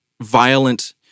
violent